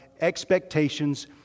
expectations